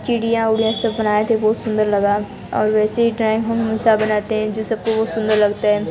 चिड़ियाँ उड़ियाँ सब बनाएँ थे बहुत सुंदर लगा और वैसे ही ड्राइंग हमेशा बनाते हैं जो सबको बहुत सुंदर लगता है